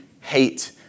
hate